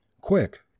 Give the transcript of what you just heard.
Quick